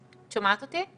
את שומעת אותי?